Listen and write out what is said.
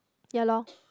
ya lor